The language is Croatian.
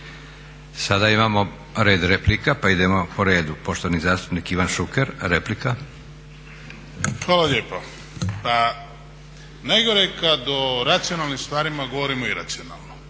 Sada imamo red replika pa idemo po redu. Poštovani zastupnik Ivan Šuker, replika. **Šuker, Ivan (HDZ)** Hvala lijepo. Pa najgore je kad o racionalnim stvarima govorimo iracionalno.